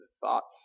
thoughts